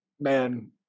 Man